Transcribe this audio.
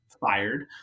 fired